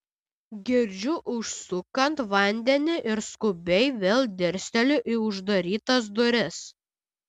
girdžiu užsukant vandenį ir skubiai vėl dirsteliu į uždarytas duris